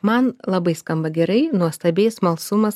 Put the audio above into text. man labai skamba gerai nuostabiai smalsumas